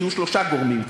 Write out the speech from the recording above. שיהיו שלושה גורמים כאן.